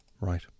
Right